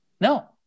no